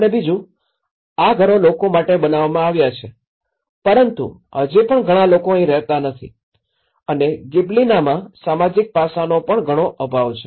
અને બીજું આ ઘરો લોકો માટે બનાવવામાં આવ્યા છે પરંતુ હજી પણ ઘણા લોકો અહીં રહેતા નથી અને ગિબિલીનામાં સામાજિક પાસાનો પણ ઘણો અભાવ છે